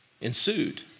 ensued